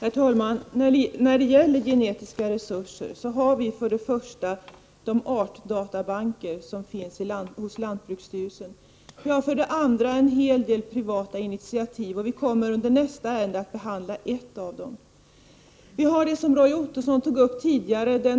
Herr talman! När det gäller genetiska resurser har vi för det första de artdatabanker som finns hos lantbruksstyrelsen. För det andra har vi en hel del privata initiativ, och vi kommer vid behandlingen av nästa ärende att ta upp ett av dem. Som Roy Ottosson sade tidigare har vi